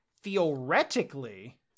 theoretically